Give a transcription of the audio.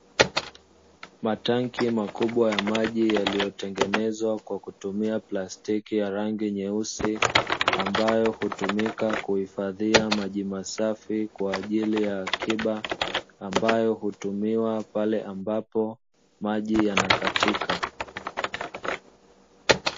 Matanki makubwa ya maji yaliyotengenezwa kwa kutumia plastiki ya rangi nyeusi, ambayo hutumika kuhifadhia maji masafi kwa ajili ya akiba ambayo hutumiwa pale ambapo maji yanakatika.